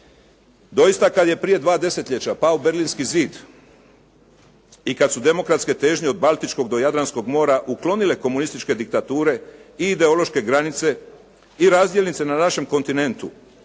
Doista kad je prije dva desetljeća pao Berlinski zid i kad su demokratske težnje od Baltičkog do Jadranskog mora uklonile komunističke diktature i ideološke granice i razdjelnice na našem kontinentu.